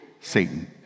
Satan